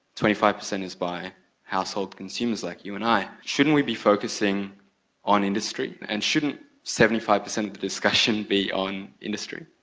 twenty five percent is by household consumers like you and i. shouldn't we be focusing on industry, and shouldn't seventy five percent of the discussion be on industry?